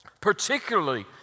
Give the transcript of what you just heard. particularly